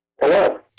Hello